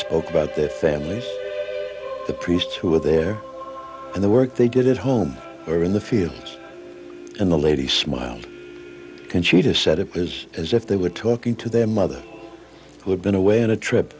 spoke about their families the priests who were there and the work they did at home or in the fields and the lady smiled conchita said it is as if they were talking to their mother who had been away on a trip